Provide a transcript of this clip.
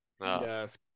yes